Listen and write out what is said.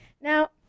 Now